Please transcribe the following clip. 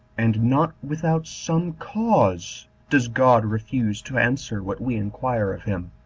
and not without some cause does god refuse to answer what we inquire of him,